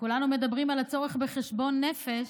וכולנו מדברים על הצורך בחשבון נפש.